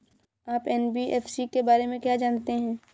आप एन.बी.एफ.सी के बारे में क्या जानते हैं?